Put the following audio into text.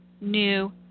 new